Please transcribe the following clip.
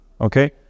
okay